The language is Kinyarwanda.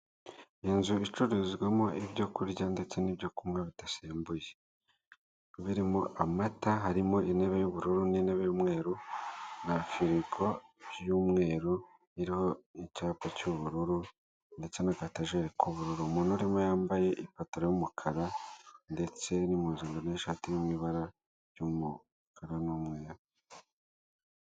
Inzu icururizwamo ibyo kurya ndetse n'ibyo kunywa bidasembuye, birimo amata, harimo intebe y'ubururu, n'intebe y'umweru, na firigo y'umweru iriho icyapa cy'ubururu, ndetse n'akatajeri k'ubururu, umuntu urimo yambaye ipataro y'umukara ndetse n'impuzankano y'ishati iri mu ibara ry'umukara n'umweru.